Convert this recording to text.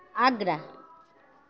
Agra